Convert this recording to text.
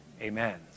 Amen